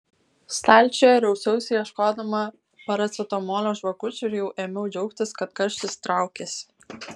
stalčiuje rausiausi ieškodama paracetamolio žvakučių ir jau ėmiau džiaugtis kad karštis traukiasi